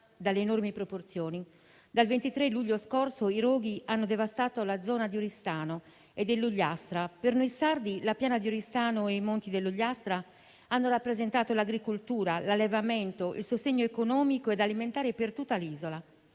dalle enormi proporzioni. Dal 23 luglio scorso, i roghi hanno devastato la zona di Oristano e dell'Ogliastra. Per noi sardi, la piana di Oristano e i monti dell'Ogliastra hanno rappresentato l'agricoltura, l'allevamento, il sostegno economico ed alimentare per tutta l'isola.